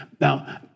now